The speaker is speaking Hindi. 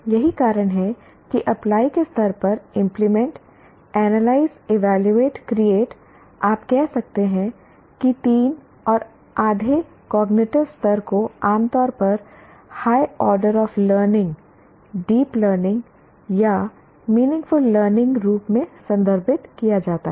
यही कारण है कि अप्लाई के स्तर पर इंप्लीमेंट एनालाइज ईवैल्यूवेट क्रिएट आप कह सकते हैं कि तीन और आधे कॉग्निटिव स्तर को आमतौर पर high order of learning deep learning या मीनिंगफुल लर्निंग रूप में संदर्भित किया जाता है